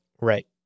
Right